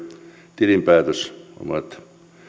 tilinpäätöksen